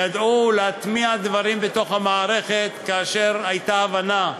ידעו להטמיע דברים בתוך המערכת כאשר הייתה הבנה,